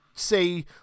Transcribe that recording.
say